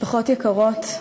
משפחות יקרות,